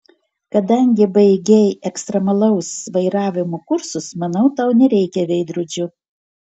kadangi baigei ekstremalaus vairavimo kursus manau tau nereikia veidrodžio